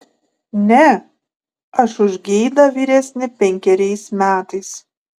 ne aš už geidą vyresnė penkeriais metais